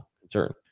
concern